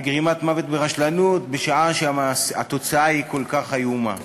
גרימת מוות ברשלנות בשעה שהתוצאה היא כל כך איומה.